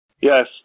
Yes